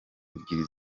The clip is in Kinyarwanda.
ebyiri